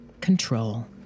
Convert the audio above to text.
control